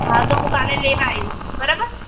હા તો હું કાલે લેવા આવીશ બરાબર